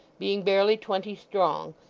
being barely twenty strong,